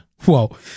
whoa